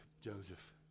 Joseph